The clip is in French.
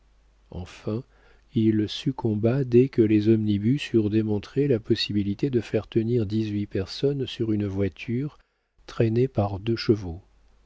enfin il succomba dès que les omnibus eurent démontré la possibilité de faire tenir dix-huit personnes sur une voiture traînée par deux chevaux